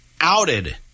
outed